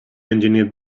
engineered